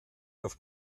auf